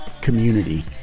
community